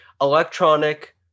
electronic